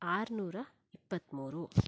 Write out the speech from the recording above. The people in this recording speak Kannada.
ಆರುನೂರ ಇಪ್ಪತ್ತ್ಮೂರು